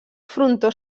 frontó